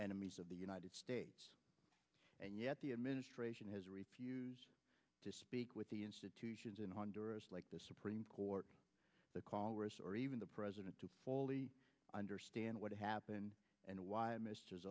enemies of the united states and yet the administration has refused to speak with the institutions in honduras like the supreme court the congress or even the president to fully understand what happened and why